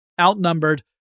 outnumbered